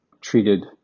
treated